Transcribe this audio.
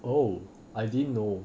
oh I didn't know